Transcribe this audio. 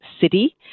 city